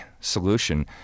solution